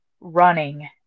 running